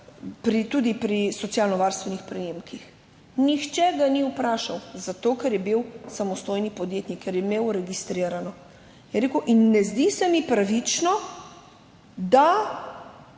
tudi pri socialnovarstvenih prejemkih. Nihče ga ni vprašal, zato ker je bil samostojni podjetnik, ker je imel registrirano. Je rekel, ne zdi se mi pravično, da